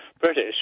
British